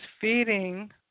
feeding